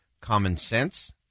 common-sense